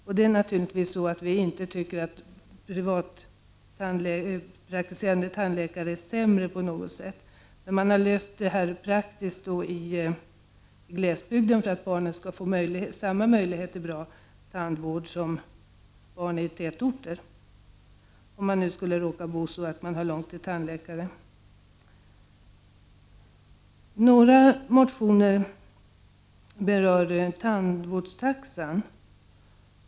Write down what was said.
Vi tycker naturligtvis inte att privatpraktiserande tandläkare är sämre på något sätt, men man har löst det här praktiskt i glesbygden för att barnen skall få samma möjligheter till bra tandvård som barn i tätorter, om de råkar bo så att de har långt till tandläkare. Några motioner berör tandvårdstaxan.